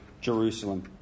Jerusalem